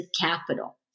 capital